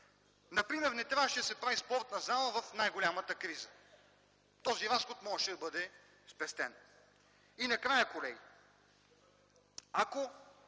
Например не трябваше да се прави спортна зала в най-голямата криза. Този разход можеше да бъде спестен. И накрая, колеги, връщам